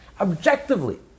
Objectively